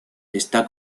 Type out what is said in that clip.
está